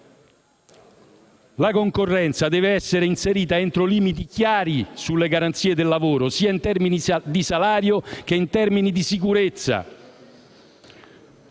La concorrenza deve essere inserita entro limiti chiari sulle garanzie del lavoro, sia in termini di salario che in termini di sicurezza.